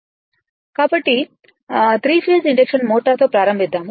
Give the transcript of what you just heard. కాబట్టి three phase induction motor తో ప్రారంబిద్దాము